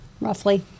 roughly